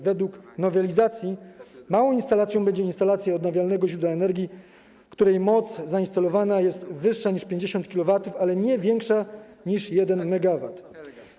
Według nowelizacji małą instalacją będzie instalacja odnawialnego źródła energii, której moc zainstalowana jest wyższa niż 50 kW, ale nie większa niż 1 MW.